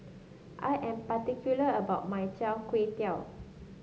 I am particular about my Char Kway Teow